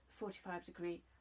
45-degree